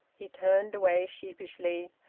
he turned away sheepishly,